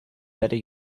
better